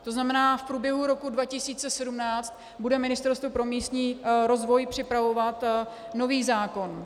To znamená, v průběhu roku 2017 bude Ministerstvo pro místní rozvoj připravovat nový zákon.